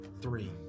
Three